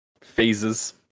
phases